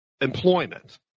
Employment